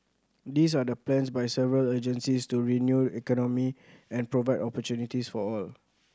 these are the plans by several agencies to renew economy and provide opportunities for all